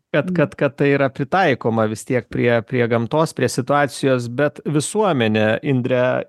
kad kad kad tai yra pritaikoma vis tiek prie prie gamtos prie situacijos bet visuomenė indre